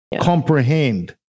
Comprehend